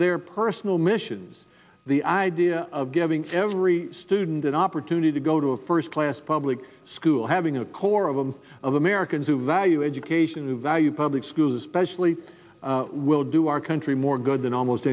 their personal missions the idea of giving every student an opportunity to go to a first class public school having a core of them of americans who value education who value public schools especially will do our country more good than almost